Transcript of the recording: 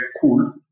cool